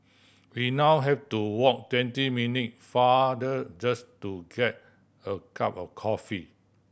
we now have to walk twenty minute farther just to get a cup of coffee